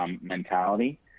mentality